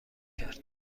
کرد